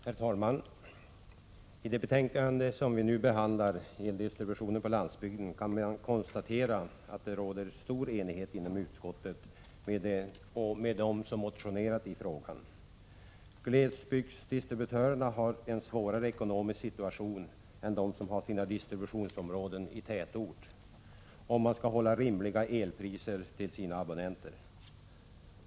Herr talman! I betänkandet om eldistributionen på landsbygden som vi nu behandlar kan man konstatera att det råder stor enighet inom utskottet och bland dem som motionerat i riksdagen. Glesbygdsdistributörerna har en svårare ekonomisk situation än de som har sina distributionsområden inom tätorten, om man skall hålla rimliga elpriser till sina abonnenter.